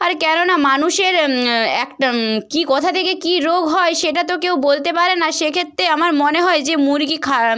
আর কেননা মানুষের একটা কী কোথা থেকে কী রোগ হয় সেটা তো কেউ বলতে পারে না সেক্ষেত্রে আমার মনে হয় যে মুরগি